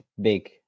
big